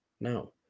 no